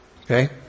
Okay